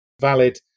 valid